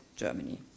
Germany